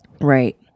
Right